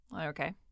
Okay